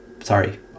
Sorry